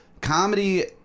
comedy